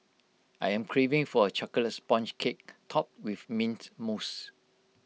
I am craving for A Chocolate Sponge Cake Topped with Mint Mousse